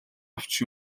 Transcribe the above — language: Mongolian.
авч